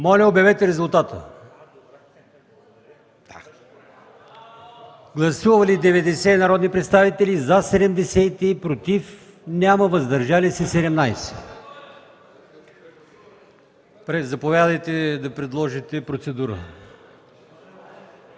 Моля, обявете резултата! Гласували 90 народни представители: за 73, против няма, въздържали се 17. Заповядайте за процедура.